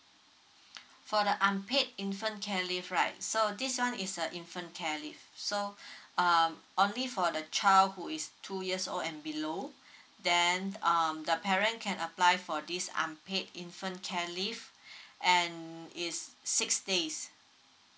for the upaid infant care leave right so this one is a infant care leave so uh only for the child who is two years old and below then um the parent can apply for this unpaid infant care leave and is six days